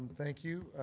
thank you,